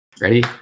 Ready